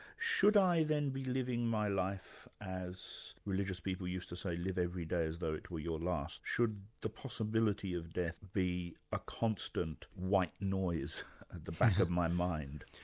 should i then be living my life, as religious people used to say, live every day as though it were your last should the possibility of death be a constant white noise at the back of my mind?